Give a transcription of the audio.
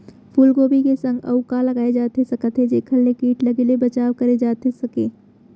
फूलगोभी के संग अऊ का लगाए जाथे सकत हे जेखर ले किट लगे ले बचाव करे जाथे सकय?